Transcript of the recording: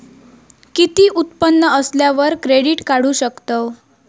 किती उत्पन्न असल्यावर क्रेडीट काढू शकतव?